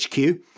HQ